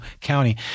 County